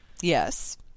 Yes